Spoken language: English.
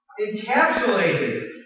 encapsulated